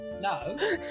no